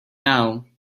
now